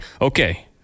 Okay